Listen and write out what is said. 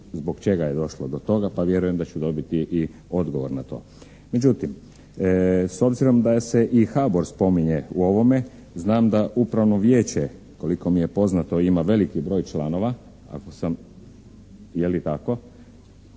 zbog čega je došlo do toga pa vjerujem da ću dobiti i odgovor na to. Međutim, s obzirom da se i HABOR spominje u ovome, znam da upravno vijeće koliko mi je poznato ima veliki broj članova ako sam, je li tako